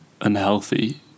unhealthy